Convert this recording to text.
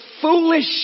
foolish